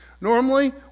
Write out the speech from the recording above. normally